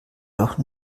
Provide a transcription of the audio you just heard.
doch